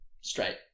straight